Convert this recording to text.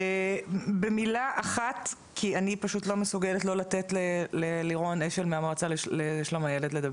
במילה אחת, לירון אשל, המועצה לשלום הילד.